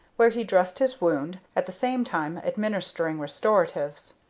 where he dressed his wound, at the same time administering restoratives.